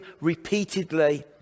repeatedly